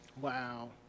Wow